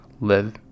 live